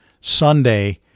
Sunday